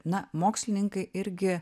na mokslininkai irgi